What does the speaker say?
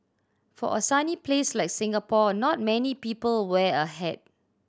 for a sunny place like Singapore not many people wear a hat